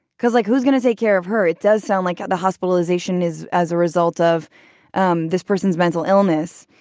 cause like who's going to take care of her? it does sound like the hospitalization is as a result of um this person's mental illness.